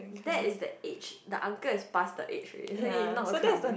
that is the age the uncle is past the age already so he not